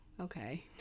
okay